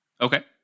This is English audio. Okay